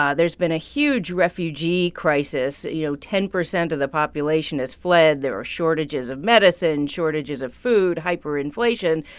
ah there's been a huge refugee crisis. you know, ten percent of the population has fled. there are shortages of medicine, shortages of food, hyperinflation.